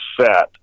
set